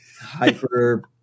hyper